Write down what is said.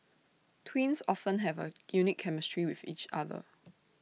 twins often have A unique chemistry with each other